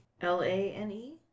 L-A-N-E